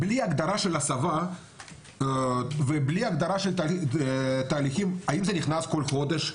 בלי הגדרה של הסבה ובלי הגדרה של תהליכים - האם זה נכנס כל חודש?